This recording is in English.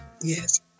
Yes